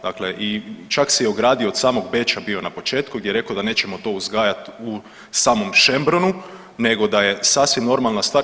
Dakle, čak se i ogradio od samog Beča na početku gdje je rekao da nećemo to uzgajati u samom Schembrunu, nego da je sasvim normalna stvar.